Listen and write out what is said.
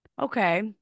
okay